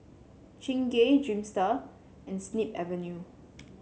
Chingay Dreamster and Snip Avenue